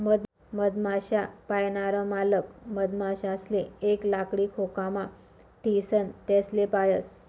मधमाश्या पायनार मालक मधमाशासले एक लाकडी खोकामा ठीसन तेसले पायस